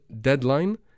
deadline